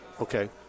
Okay